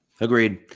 agreed